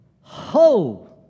Ho